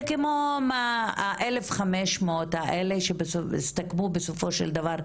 זה כמו עם ה-1,500 תלונות האלה שהסתכמו בסופו של דבר,